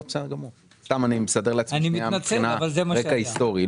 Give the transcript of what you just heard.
אני סתם מסדר לעצמי רקע היסטורי.